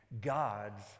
God's